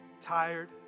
tired